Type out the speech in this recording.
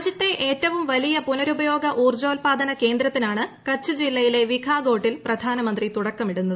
രാജ്യത്തെ ഏറ്റവും വലിയ പുനരുപയോഗ ഉൌർജോൽപാദന കേന്ദ്രത്തിനാണ് കച്ച് ജില്ലയിലെ വിഖാഗോട്ടിൽ പ്രധാനമന്ത്രി തുടക്കമിടുന്നത്